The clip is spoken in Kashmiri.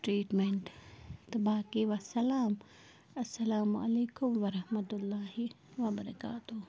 ٹریٖٹمٮ۪نٛٹ تہٕ باقٕی وَسلام اَلسلامُ علیکُم وَرحمتُہ اللہِ وَبَرکاتُہہ